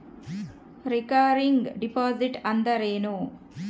Recurring deposit ಅಂದರೇನು?